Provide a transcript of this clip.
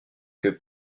que